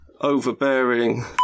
overbearing